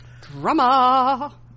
Drama